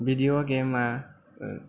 video game आ